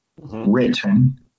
written